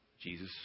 Jesus